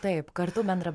taip taip kartu bendrą